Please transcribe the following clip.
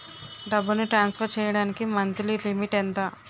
డబ్బును ట్రాన్సఫర్ చేయడానికి monthly limit ఎంత?